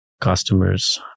customers